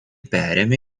perėmė